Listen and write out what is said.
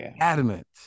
Adamant